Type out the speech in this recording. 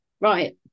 Right